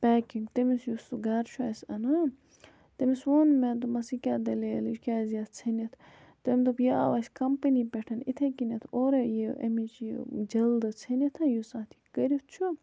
packing تٔمِس یُس سُہ گَرٕ چھُ اَسہِ اَنان تٔمِس ووٚن مےٚ دوٚپمَس یِہ کیٛاہ دٔلیٖل یہِ کیٛازِ یَتھ ژھنِتھ تٔمۍ دوٚپ یہِ آو اَسہِ کَمپٔنی پٮ۪ٹھ اِتھَے کٔنیٚتھ اورَے یہِ اَمِچ یہِ جلدٕ ژھٔنِتھ یُس اَتھ یہِ کٔرِتھ چھُ